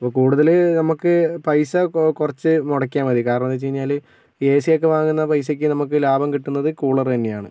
അപ്പോൾ കൂടുതല് നമുക്ക് പൈസ കുറച്ച് മുടക്കിയാൽ മതി കാരണമെന്ന് വെച്ചാല് എ സി ഒക്കെ വാങ്ങുന്ന പൈസയ്ക്ക് നമുക്ക് ലാഭം കിട്ടുന്നത് കൂളറ് തന്നെയാണ്